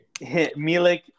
Milik